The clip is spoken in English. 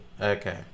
Okay